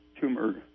tumor